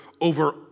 over